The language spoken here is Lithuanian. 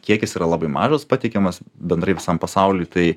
kiekis yra labai mažas pateikiamas bendrai visam pasauliui tai